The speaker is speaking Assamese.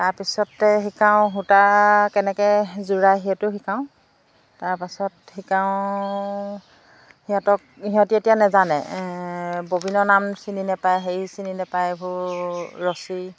তাৰপিছতে শিকাওঁ সূতা কেনেকৈ জোৰা সেইটো শিকাওঁ তাৰপাছত শিকাওঁ সিহঁতক সিহঁতি এতিয়া নাজানে ববিনৰ নাম চিনি নাপায় সেই চিনি নাপায় এইবোৰ ৰছী